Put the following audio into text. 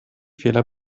fehler